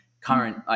current